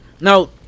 Now